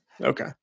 Okay